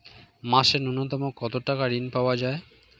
মাসে নূন্যতম কত টাকা ঋণ পাওয়া য়ায়?